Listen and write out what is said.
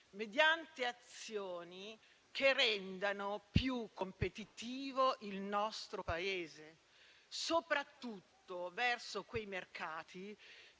mediante azioni che rendano più competitivo il nostro Paese, soprattutto verso quei mercati